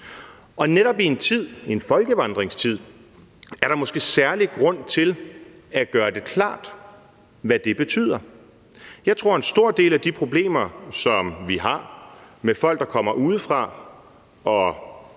Og netop i en tid, en folkevandringstid, er der måske særlig grund til at gøre det klart, hvad det betyder. Jeg tror, at en stor del af de problemer, som vi har med folk, der kommer udefra og